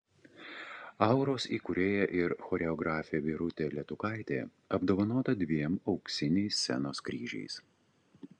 auros įkūrėja ir choreografė birutė letukaitė apdovanota dviem auksiniais scenos kryžiais